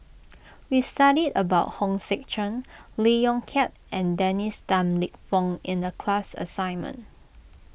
we studied about Hong Sek Chern Lee Yong Kiat and Dennis Tan Lip Fong in the class assignment